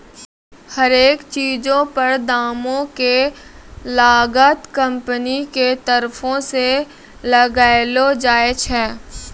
हरेक चीजो पर दामो के तागा कंपनी के तरफो से लगैलो जाय छै